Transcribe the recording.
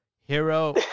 hero